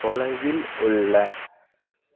தொலைவில் உள்ள